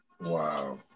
Wow